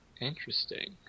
Interesting